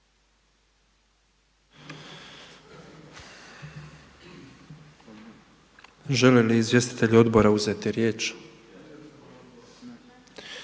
Žele li izvjestitelji odbora uzeti riječ?